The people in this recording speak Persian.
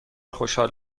خوشحال